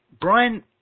Brian